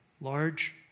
Large